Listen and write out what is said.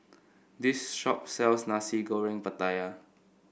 this shop sells Nasi Goreng Pattaya